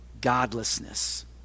godlessness